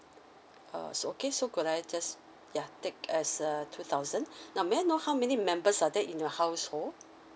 err so okay so could I just yeah take as a two thousand now may I know how many members are there in your household